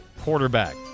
quarterback